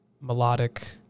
melodic